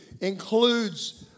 includes